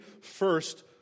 first